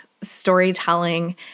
storytelling